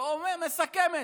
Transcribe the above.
ומסכמת: